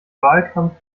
wahlkampf